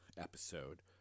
episode